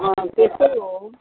अँ त्यस्तै हो